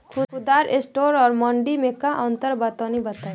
खुदरा स्टोर और मंडी में का अंतर बा तनी बताई?